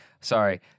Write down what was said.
Sorry